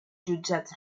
jutjats